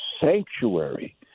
sanctuary